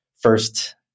first